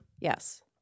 Yes